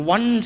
One